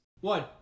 One